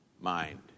mind